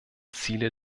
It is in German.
ziele